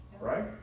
Right